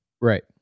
right